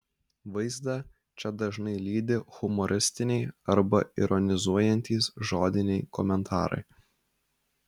vaizdą čia dažnai lydi humoristiniai arba ironizuojantys žodiniai komentarai